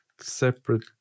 separate